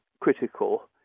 critical